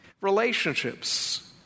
relationships